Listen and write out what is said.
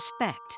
respect